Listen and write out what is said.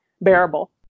bearable